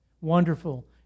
Wonderful